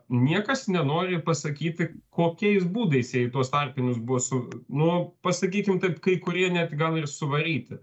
niekas nenori pasakyti kokiais būdais jie į tuos tarpinius buvo su nu pasakykim taip kai kurie net gal ir suvaryti